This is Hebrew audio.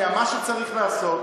מה שצריך לעשות,